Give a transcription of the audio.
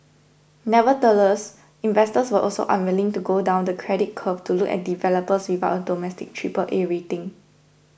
nevertheless investors were also unwilling to go down the credit curve to look at developers without a domestic Triple A rating